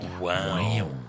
Wow